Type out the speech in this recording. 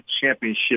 championship